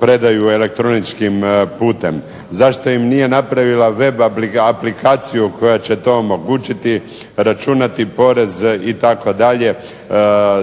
predaju elektroničkim putem. Zašto im nije napravila web aplikaciju koja će to omogućiti računati porez itd.,